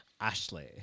Ashley